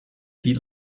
die